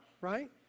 right